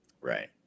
Right